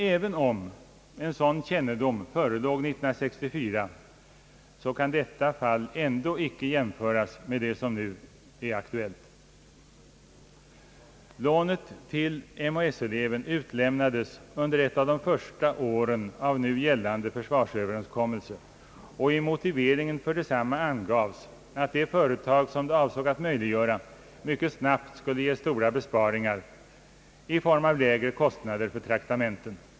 Även om en sådan kännedom förelåg år 1964 kan detta fall ändå icke jämställas med det som nu är aktuellt. Lånet till MHS-eleven utlämnades under ett av de första åren av nu gällande försvarsöverenskommelse, och i moti veringen för detsamma angavs att det företag som det avsåg att möjliggöra mycket snabbt skulle ge stora besparingar i form av lägre kostnader för traktamenten.